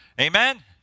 Amen